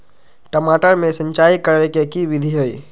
टमाटर में सिचाई करे के की विधि हई?